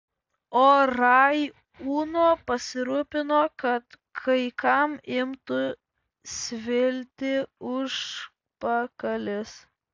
o rai uno pasirūpino kad kai kam imtų svilti užpakalis